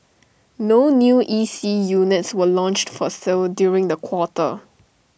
no new E C units were launched for sale during the quarter